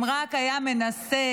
אם רק היה מנסה,